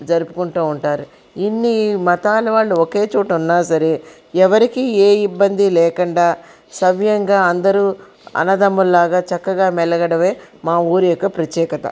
జరుపుకుంటూ ఉంటారు ఇన్ని మతాల వాళ్ళు ఒకే చోట ఉన్నాసరే ఎవరికీ ఏ ఇబ్బంది లేకుండా సవ్యంగా అందరు అన్నదమ్ములు లాగా చక్కగా మెలగడమే మా ఊరి యొక్క ప్రత్యేకత